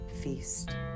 Feast